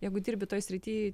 jeigu dirbi toj srity